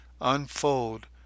unfold